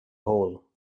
hole